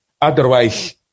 Otherwise